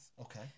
Okay